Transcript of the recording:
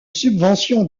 subvention